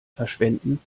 verschwenden